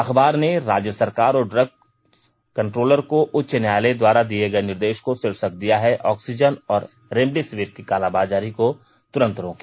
अखबार ने राज्य सरकार और ड्रग्स कंट्रोलर को उच्च न्यायालय द्वारा दिए गए निर्देश को ष्वीर्षक दिया है ऑक्सीजन और रेमडेसिविर की कालाबाजारी को तुरंत रोंके